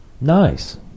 Nice